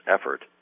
effort